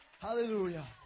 Hallelujah